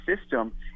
system